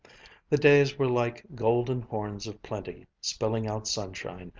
the days were like golden horns of plenty, spilling out sunshine,